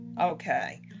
okay